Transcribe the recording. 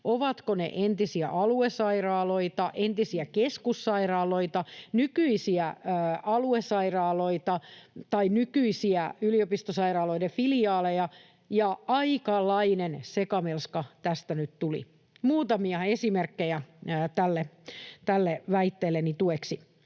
ovatko ne entisiä aluesairaaloita, entisiä keskussairaaloita, nykyisiä aluesairaaloita tai nykyisiä yliopistosairaaloiden filiaaleja — ja aikalainen sekamelska tästä nyt tuli. Muutamia esimerkkejä tälle väitteelleni tueksi.